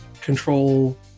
control